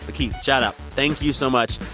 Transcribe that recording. lakeith, shoutout, thank you so much.